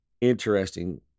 interesting